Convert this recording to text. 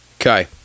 Okay